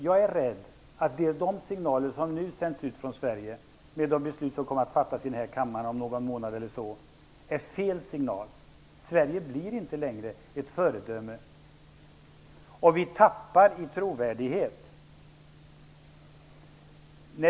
Jag är rädd att de signaler som nu sänds ut från Sverige i samband med de beslut som kommer att fattas i denna kammare om någon månad eller så kommer att vara felaktiga. Sverige blir inte längre ett föredöme. Sverige tappar i trovärdighet.